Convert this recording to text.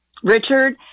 richard